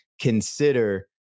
consider